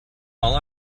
all